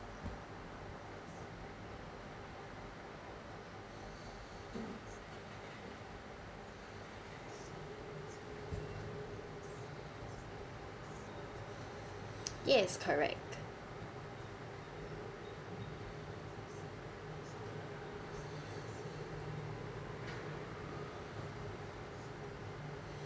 yes correct